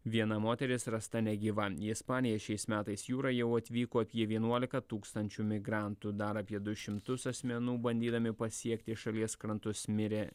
viena moteris rasta negyva į ispaniją šiais metais jūra jau atvyko apie vienuolika tūkstančių migrantų dar apie du šimtus asmenų bandydami pasiekti šalies krantus mirė